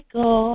go